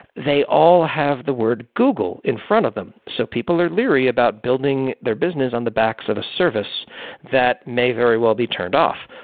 they all have the word google in front of them. so people are leery about building their business on the backs of a service that may very well be turned off.